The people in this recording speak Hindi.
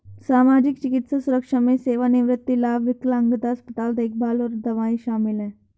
सामाजिक, चिकित्सा सुरक्षा में सेवानिवृत्ति लाभ, विकलांगता, अस्पताल देखभाल और दवाएं शामिल हैं